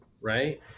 right